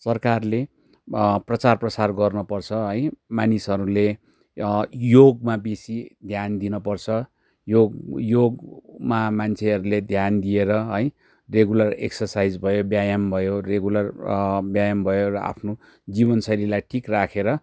सरकारले प्रचार प्रसार गर्नु पर्छ है मानिसहरूले योगमा बेसी ध्यान दिन पर्छ योग योगमा मान्छेहरूले ध्यान दिएर है रेगुलर एक्ससाइज भयो व्यायाम भयो रेगुलर व्यायाम भयो आफ्नो जीवन शैलीलाई ठिक राखेर